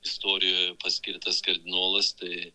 istorijoje paskirtas kardinolas tai